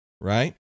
right